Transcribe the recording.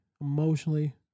emotionally